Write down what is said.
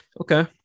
Okay